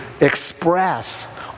express